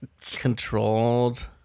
Controlled